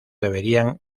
deberían